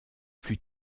plus